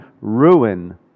ruin